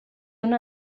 una